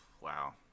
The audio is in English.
Wow